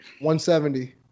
170